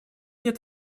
нет